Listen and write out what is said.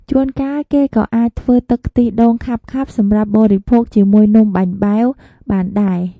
ជួនកាល គេក៏អាចធ្វើទឹកខ្ទិះដូងខាប់ៗសម្រាប់បរិភោគជាមួយនំបាញ់បែវបានដែរ។